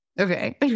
okay